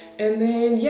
and then, yeah,